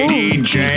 dj